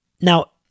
now